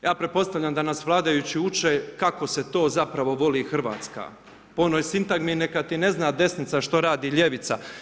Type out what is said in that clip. Ja pretpostavljam da nas vladajući uče kako se to zapravo voli Hrvatska po onoj sintagmi neka ti ne zna desnica što radi ljevica.